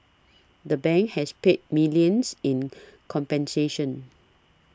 the bank has paid millions in compensation